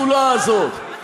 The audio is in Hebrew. לחדול מהדרך הפסולה הזאת?